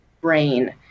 brain